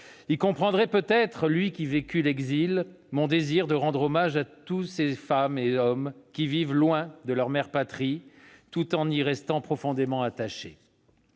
Il comprendrait peut-être, lui qui vécut l'exil, mon désir de rendre hommage à tous ces femmes et hommes qui vivent loin de leur mère patrie, tout en y restant profondément attachés.